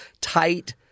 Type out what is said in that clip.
tight